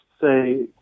say